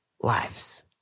lives